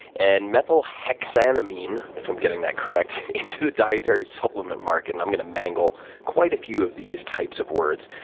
and methylhexanamine, if i'm getting that correct, into the dietary supplement market. i'm going to mangle quite a few of these types of words.